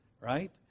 right